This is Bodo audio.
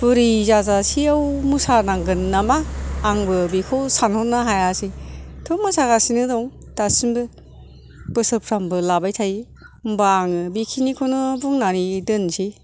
बुरि जाजासेयाव मोसानांगोन नामा आंबो बेखौ सानहरनो हायासै दाथ' मोसागासिनो दं दासिमबो बोसोरफ्रोमबो लाबाय थायो होनबा आङो बेखिनिखौनो बुंनानै दोनसै